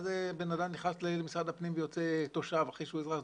מה זה בן אדם נכנס למשרד הפנים ויוצא תושב אחרי שהוא אזרח?